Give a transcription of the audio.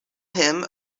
him